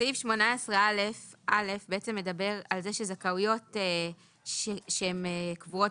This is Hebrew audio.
סעיף 18א(א) מדבר על זה שזכאויות שהן קבועות